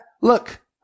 look